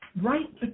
right